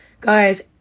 guys